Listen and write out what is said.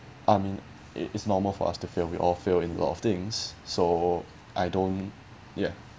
I mean it is normal for us to fail we all fail in a lot of things so I don't ya